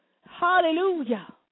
Hallelujah